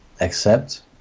accept